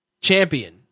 champion